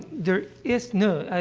there is no, ah,